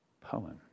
poem